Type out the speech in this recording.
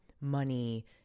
money